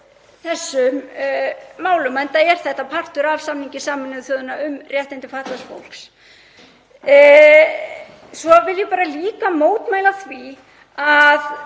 þessum málum, enda er þetta partur af samningi Sameinuðu þjóðanna um réttindi fatlaðs fólks. Svo vil ég líka mótmæla því að